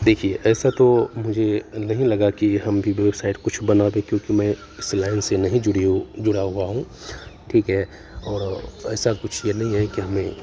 देखिए ऐसे तो मुझे नहीं लगा की हम भी वेबसाइट कुछ बना देते क्योंकि मैं इस लाइन से नहीं जुड़ी हूँ जुड़ा हुआ हूँ ठीक है और ऐसा कुछ ये नहीं है की हमें